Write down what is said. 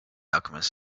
alchemist